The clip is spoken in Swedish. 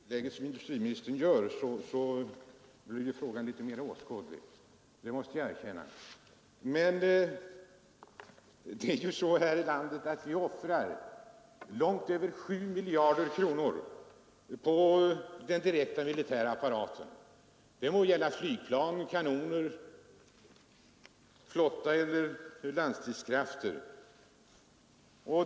Herr talman! Med det tillägg som industriministern gjorde i sitt senaste debattinlägg blir svaret litet mera hoppingivande, det måste jag erkänna. Men vi offrar ju här i landet långt över 7 miljarder kronor på den militära apparaten — det må gälla flygplan, kanoner, flotta eller landstridskrafter.